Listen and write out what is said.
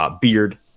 beard